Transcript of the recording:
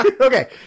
okay